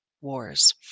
Wars